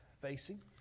facing